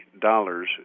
dollars